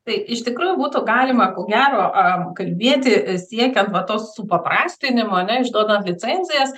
tai iš tikrųjų būtų galima ko gero kalbėti siekiant va to supaprastinimo ane išduodant licenzijas